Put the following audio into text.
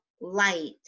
light